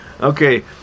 Okay